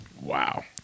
Wow